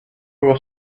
was